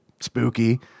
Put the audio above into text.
spooky